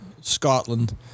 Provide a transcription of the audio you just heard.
Scotland